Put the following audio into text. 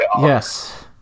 Yes